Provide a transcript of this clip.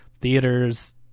theaters